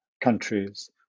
countries